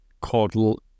called